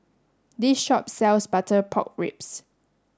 this shop sells butter pork ribs